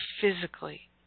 physically